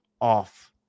off